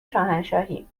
شاهنشاهی